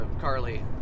carly